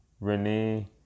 Renee